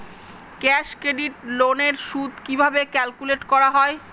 Cash credit loan এর সুদ কিভাবে ক্যালকুলেট করা হয়?